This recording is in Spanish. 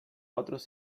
otros